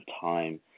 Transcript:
time